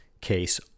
case